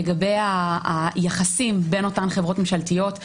לגבי היחסים בין אותן חברות ממשלתיות,